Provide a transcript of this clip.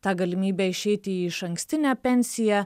tą galimybę išeiti į išankstinę pensiją